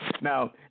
now